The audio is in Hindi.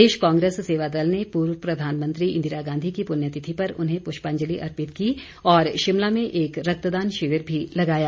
प्रदेश कांग्रेस सेवादल ने पूर्व प्रधानमंत्री इंदिरा गांधी की पुण्यतिथि पर उन्हें पुष्पांजलि अर्पित की और शिमला में एक रक्तदान शिविर भी लगाया